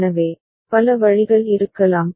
எனவே பல வழிகள் இருக்கலாம்